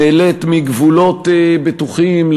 נהנית מגבולות בטוחים,